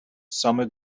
summer